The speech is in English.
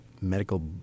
medical